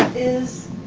is